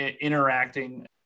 interacting